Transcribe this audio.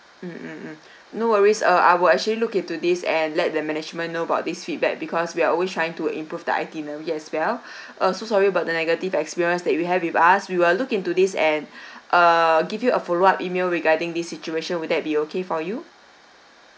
mm mm mm no worries uh I will actually look into this and let the management know about these feedback because we are always trying to improve the itinerary as well uh so sorry about the negative experience that you have with us we will look into this and err give you a follow up email regarding this situation will that be okay for you